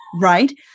Right